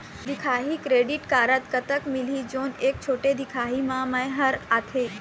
दिखाही credit card कतक मिलही जोन एक छोटे दिखाही म मैं हर आथे?